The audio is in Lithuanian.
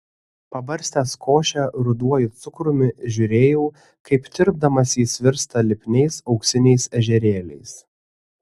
pabarstęs košę ruduoju cukrumi žiūrėjau kaip tirpdamas jis virsta lipniais auksiniais ežerėliais